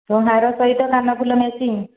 ଯେଉଁ ହାର ସହିତ କାନଫୁଲ ମେଚିଙ୍ଗ୍